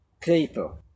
People